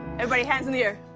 everybody, hands in the air.